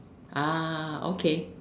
ah okay